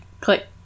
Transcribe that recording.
click